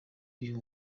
uyu